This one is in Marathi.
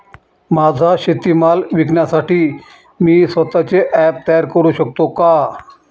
माझा शेतीमाल विकण्यासाठी मी स्वत:चे ॲप तयार करु शकतो का?